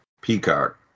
Peacock